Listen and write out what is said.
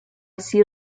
así